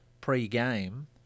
pre-game